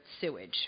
sewage